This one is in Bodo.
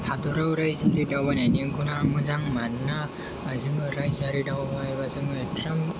हादराव रायजोआरि दावबायनायनि गुना मोजां मानोना जोङो रायजोआरि दावबायबा जों एथ'रां